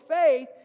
faith